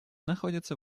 находится